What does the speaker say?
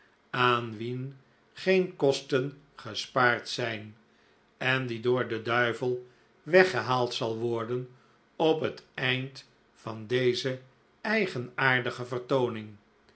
aan wien geen kosten gespaard zijn en die door den duivel weggehaald zal worden op het eind van deze eigenaardige vertooning